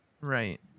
Right